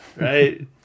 right